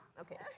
Okay